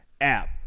app